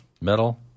metal